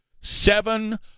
seven